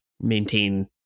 maintain